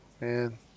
man